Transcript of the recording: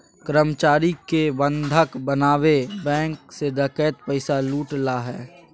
कर्मचारी के बंधक बनाके बैंक से डकैत पैसा लूट ला हइ